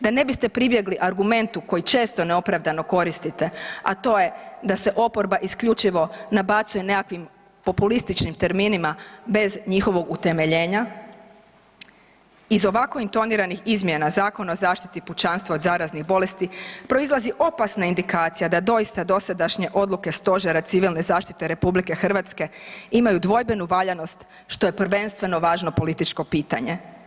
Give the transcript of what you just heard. Da ne biste pribjegli argumentu koji često neopravdano koristite, a to je da se oporba isključivo nabacuje nekakvih populističnim terminima bez njihovog utemeljenja iz ovako intoniranih izmjena Zakona o zaštiti pučanstva od zaraznih bolesti proizlazi opasna indikacija da doista dosadašnje odluke Stožera civilne zaštite RH imaju dvojbenu valjanost što je prvenstveno važno političko pitanje.